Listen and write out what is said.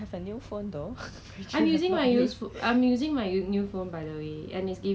so actually 你 try not to buy anything from value shop is it